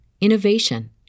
innovation